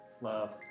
love